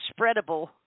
spreadable